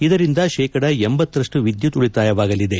ಇದರಿಂದ ಶೇಕಡ ಲಂರಷ್ಟು ವಿದ್ಯುತ್ ಉಳಿತಾಯವಾಗಲಿದೆ